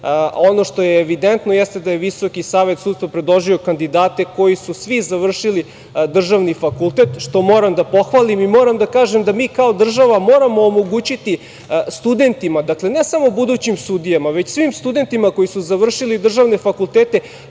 Ono što je evidentno jeste da je Visoki savet sudstva predložio kandidate koji su svi završili državni fakultet, što moram da pohvalim. Moram da kažem da mi kao država moramo omogućiti studentima, ne samo budućim sudijama, već svim studentima koji su završili državne fakultete,